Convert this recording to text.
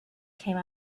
came